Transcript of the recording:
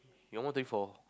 your mom thirty four